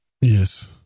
Yes